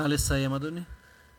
נא לסיים, אדוני.